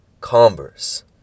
Converse